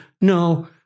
No